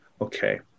okay